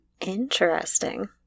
Interesting